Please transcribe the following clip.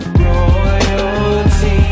royalty